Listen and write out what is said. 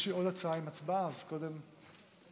יש עוד הצעה עם הצבעה, אז קודם נצביע,